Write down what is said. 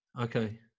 Okay